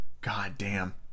Goddamn